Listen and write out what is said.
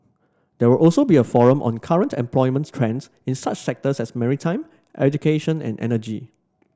there will also be a forum on current employment trends in such sectors as maritime education and energy